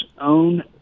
own